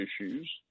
issues